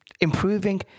improving